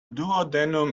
duodenum